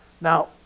Now